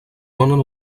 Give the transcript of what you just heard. donen